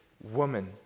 woman